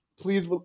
please